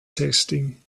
testing